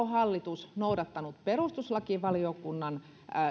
hallitus noudattanut perustuslakivaliokunnan